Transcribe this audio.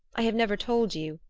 i have never told you,